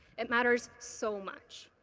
it matters so much.